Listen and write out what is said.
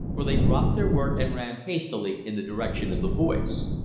for they dropped their work and ran hastily in the direction of the voice.